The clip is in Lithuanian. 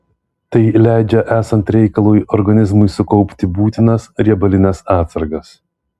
tai leidžia esant reikalui organizmui sukaupti būtinas riebalines atsargas